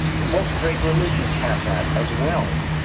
most great religions have that as well,